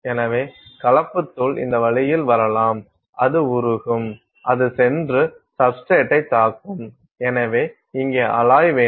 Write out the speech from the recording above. எனவே கலப்பு தூள் இந்த வழியில் வரலாம் அது உருகும் அது சென்று சப்ஸ்டிரேட்டை தாக்கும் எனவே இங்கே அலாய் வேண்டும்